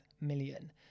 million